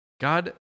God